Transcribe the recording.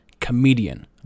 comedian